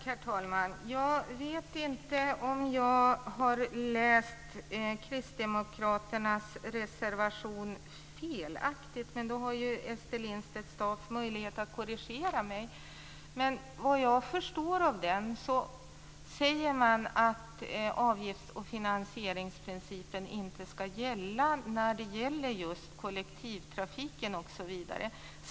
Herr talman! Jag vet inte om jag har läst Kristdemokraternas reservation fel, men då har ju Ester Lindstedt-Staaf möjlighet att korrigera mig. Vad jag förstår av den säger man att ansvars och finansieringsprincipen inte ska gälla för just kollektivtrafiken osv.